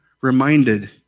reminded